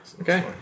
Okay